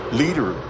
leader